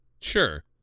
Sure